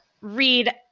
read